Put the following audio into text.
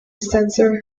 sensor